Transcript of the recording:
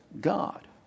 God